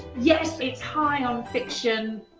yes, it's high on fiction,